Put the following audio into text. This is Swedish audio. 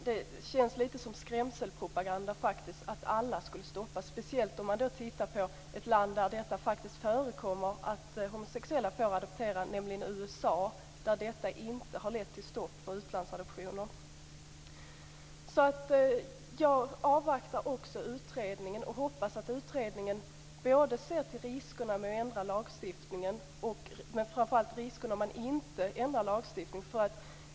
Det känns lite som skrämselpropaganda att alla skulle stoppas, speciellt när man tittar på ett land där det faktiskt förekommer att homosexuella får adoptera, nämligen USA, och där det inte lett till stopp för utlandsadoptioner. Jag avvaktar utredningen och hoppas att utredningen både ser till riskerna med att man ändrar lagstiftningen och framför allt till riskerna med att man inte ändrar lagstiftningen.